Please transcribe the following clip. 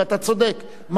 ואתה צודק,